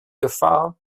gefahr